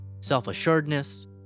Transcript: self-assuredness